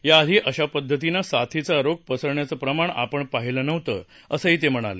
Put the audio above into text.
या आधी अश्या पद्धतीनं साथीचा रोग पसरण्याचं प्रमाण आपण पाहिलं नव्हतं असंही ते म्हणाले